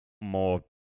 more